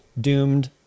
doomed